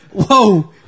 Whoa